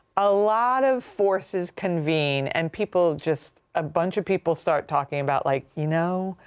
a lot of forces convene. and people just a bunch of people start talking about like, you know,